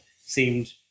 seemed